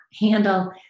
handle